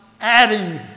adding